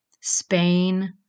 Spain